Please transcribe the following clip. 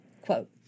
Quote